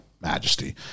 Majesty